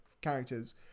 characters